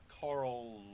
Carl